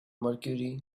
mercury